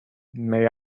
may